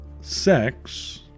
sex